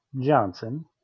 Johnson